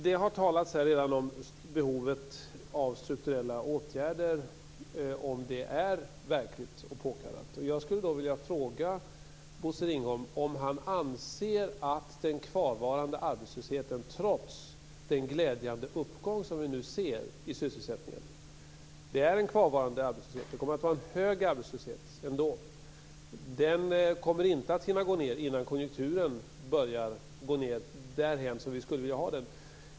Det har redan talats om behovet av strukturella åtgärder och om det är verkligt och påkallat. Jag skulle vilja ställa en fråga till Bosse Ringholm om den kvarvarande arbetslösheten, trots den glädjande uppgång som vi nu ser i sysselsättning. Det finns en kvarvarande arbetslöshet. Det kommer att vara en hög arbetslöshet ändå. Den kommer inte att hinna gå ned dit vi skulle vilja ha den innan konjunkturen börjar gå ned.